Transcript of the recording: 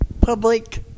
public